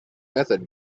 method